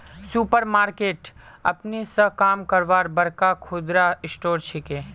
super market अपने स काम करवार बड़का खुदरा स्टोर छिके